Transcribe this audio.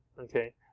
okay